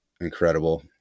incredible